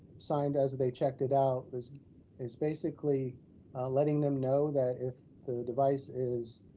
signed as they checked it out is is basically letting them know that if the device is